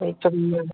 ꯑꯗꯒꯤ ꯆꯨꯝꯅꯗ